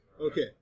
Okay